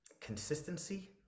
consistency